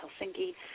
Helsinki